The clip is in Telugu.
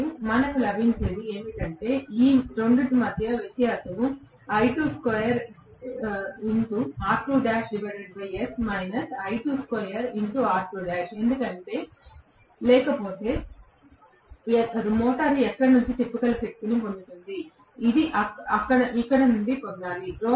మరియు మనకు లభించేది ఏమిటంటే ఈ 2 మధ్య వ్యత్యాసం ఎందుకంటే లేకపోతే మోటారు ఎక్కడ నుండి తిప్పగల శక్తిని పొందుతుంది అది ఇక్కడ నుండి పొందాలి